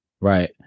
Right